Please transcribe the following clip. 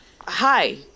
hi